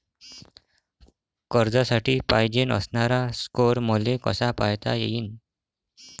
कर्जासाठी पायजेन असणारा स्कोर मले कसा पायता येईन?